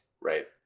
right